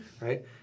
right